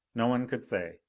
no one could say.